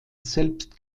selbst